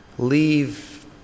leave